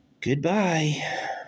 Goodbye